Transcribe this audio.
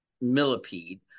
millipede